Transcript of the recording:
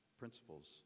principles